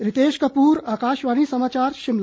रितेश कपूर आकाशवाणी समाचार शिमला